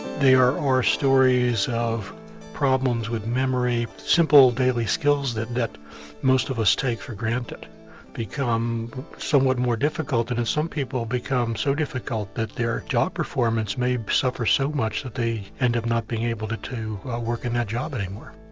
are are stories of problems with memory, simple daily skills that that most of us take for granted become somewhat more difficult and in some people become so difficult that their job performance may suffer so much that they end up not being able to to work in that job any more.